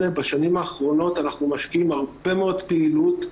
בשנים האחרונות אנחנו משקיעים הרבה מאוד פעילות,